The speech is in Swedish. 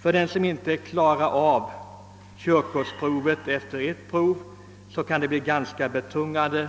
För den som inte klarar av körkortsprovet första gången kan det bli ganska betungande,